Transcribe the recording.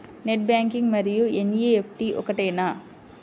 Net banking మరియు NEFT ఒకటేనా?